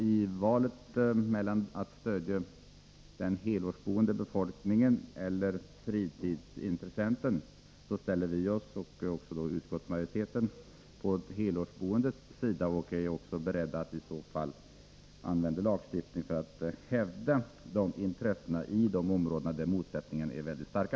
I valet mellan att stödja den helårsboende befolkningen och att stödja fritidsintressena ställer vi oss — och även utskottsmajoriteten — på de helårsboendes sida. Vi är också beredda att använda lagstiftning för att hävda dessa intressen i de områden där motsättningarna är väldigt starka.